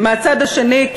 ומהצד השני,